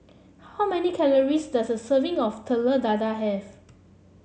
how many calories does a serving of Telur Dadah have